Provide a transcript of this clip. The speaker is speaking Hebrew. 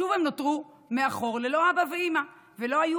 שוב הם נותרו מאחור ללא אבא ואימא ולא היו